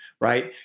right